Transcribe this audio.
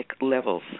levels